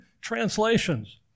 translations